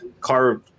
car